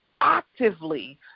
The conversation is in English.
actively